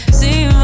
see